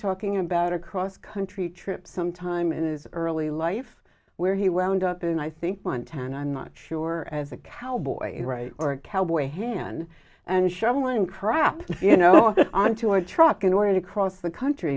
talking about a cross country trip sometime in his early life where he wound up and i think montana i'm not sure as a cowboy right or a cowboy han and shuttling crap you know onto our truck in order to cross the country